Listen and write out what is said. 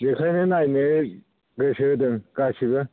बेखायनो नायनो गोसो होदों गासिबो